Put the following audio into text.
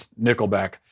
Nickelback